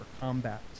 combat